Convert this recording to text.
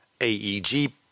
AEG